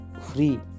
free